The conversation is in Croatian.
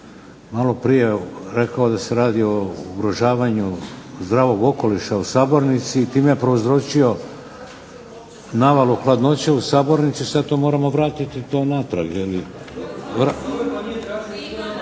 maloprije rekao da se radi o ugrožavanju zdravog okoliša u sabornici i time prouzročio navalu hladnoće u sabornici sad to moramo vratiti to natrag